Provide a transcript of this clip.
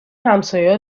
همسایهها